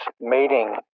meeting